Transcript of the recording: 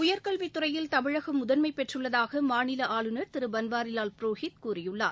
உயர்கல்வித் துறையில் தமிழகம் முதன்மை பெற்றுள்ளதாக மாநில ஆளுநர் திரு பன்வாரிலால் புரோஹித் கூறியுள்ளார்